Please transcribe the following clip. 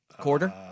Quarter